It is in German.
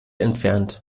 entfernt